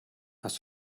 hast